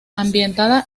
ambientada